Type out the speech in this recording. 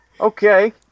okay